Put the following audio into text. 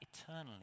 eternally